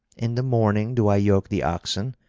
in the morning do i yoke the oxen,